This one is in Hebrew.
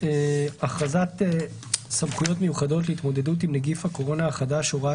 הכרזת סמכויות מיוחדות להתמודדות עם נגיף הקורונה החדש (הוראת